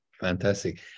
Fantastic